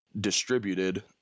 distributed